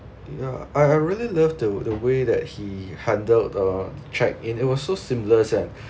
ya I I really love the the way that he handled uh check-in it was so seamless and